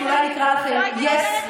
לימנים, או שאולי נקרא לכם "יס-מנים".